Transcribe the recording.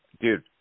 Dude